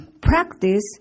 practice